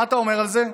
מה אתה אומר על זה?